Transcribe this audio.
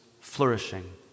flourishing